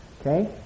Okay